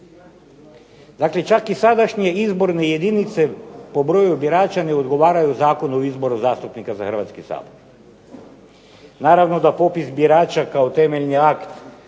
Dakle, čak i sadašnje izborne jedinice ne odgovaraju po broju birača ne odgovaraju Zakonu o izboru zastupnika u Hrvatski sabor. Naravno da popis birača kao temeljni akt